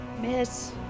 Miss